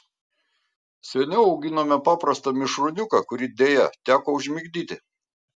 seniau auginome paprastą mišrūniuką kurį deja teko užmigdyti